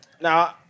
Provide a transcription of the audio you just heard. Now